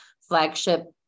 flagship